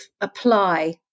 apply